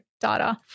data